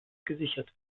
gesichert